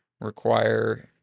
require